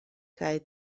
kaj